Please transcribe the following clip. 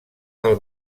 del